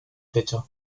techo